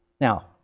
Now